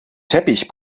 teppich